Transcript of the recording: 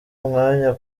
umwanya